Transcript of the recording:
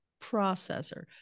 processor